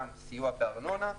גם סיוע בארנונה,